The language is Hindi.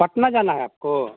पटना जाना है आपको